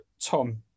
Tom